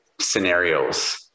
scenarios